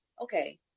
okay